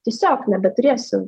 tiesiog nebeturėsiu